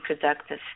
productive